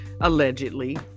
allegedly